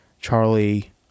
Charlie